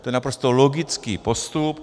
To je naprosto logický postup.